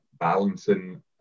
Balancing